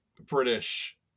british